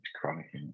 chronic